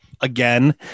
again